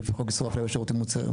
לפי חוק סיוע שירותים מוצעים.